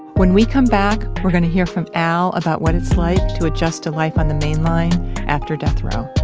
when we come back, we're gonna to hear from al about what it's like to adjust to life on the main line after death row